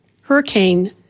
hurricane